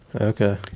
Okay